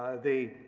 the